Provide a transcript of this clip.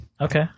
Okay